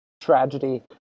tragedy